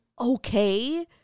okay